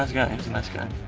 a nice guy.